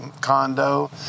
condo